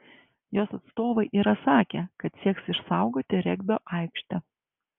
jos atstovai yra sakę kad sieks išsaugoti regbio aikštę